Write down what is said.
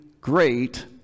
Great